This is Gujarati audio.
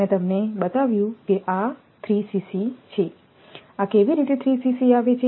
મેં તમને બતાવ્યું કે આ 3 છે આ કેવી રીતે 3 આવે છે